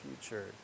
future